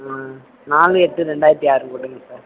ம் ம் நாலு எட்டு இரண்டாயிரத்து ஆறுன்னு போட்டுங்க சார்